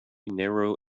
narrow